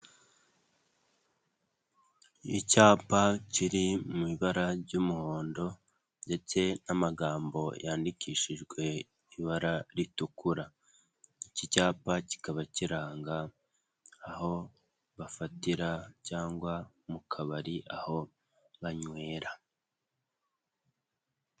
Icyapa kiri mu ibara ry'umuhondo ndetse n'amagambo yandikishijwe ibara ritukura, iki cyapa kikaba kiranga aho bafatira cyangwa mu kabari aho banywera.